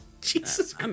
Jesus